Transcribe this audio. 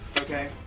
Okay